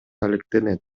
алектенет